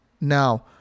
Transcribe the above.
Now